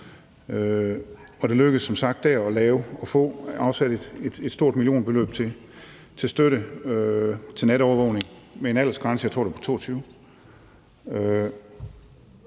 Det lykkedes som sagt der at få afsat et stort millionbeløb til støtte til natovervågning med en aldersgrænse på,